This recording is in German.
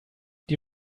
die